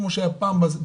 כמו שהיה בניידים,